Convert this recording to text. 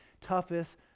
toughest